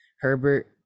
Herbert